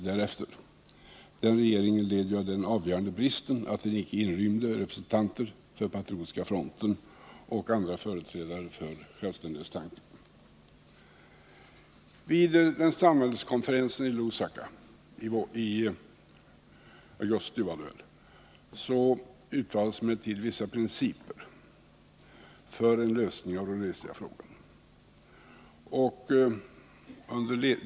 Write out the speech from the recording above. Den regeringen led av den avgörande bristen att den icke inrymde representanter för Patriotiska fronten och andra företrädare för självständighetstanken. Vid samväldeskonferensen i Lusaka, jag tror det var i augusti, uttalades emellertid vissa principer för en lösning av Rhodesia-frågan.